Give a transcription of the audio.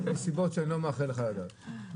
מסיבות שאני לא מאחל לך לדעת.